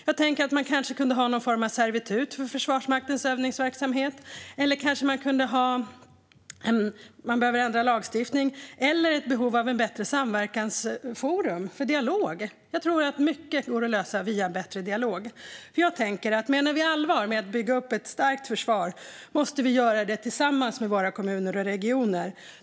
Jag tänkte att man kanske kan ha någon form av servitut för Försvarsmaktens övningsverksamhet om man behöver ändra lagstiftning. Det finns nog också ett behov av ett bättre samverkansforum för dialog. Jag tror att mycket går att lösa via bättre dialog. Menar vi allvar med att bygga upp ett starkt försvar måste vi göra det tillsammans med våra kommuner och regioner.